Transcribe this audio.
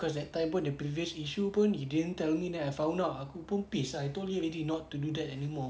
cause that time pun the previous issue pun he didn't tell me then I found out aku pun pissed ah I told you already not to do that anymore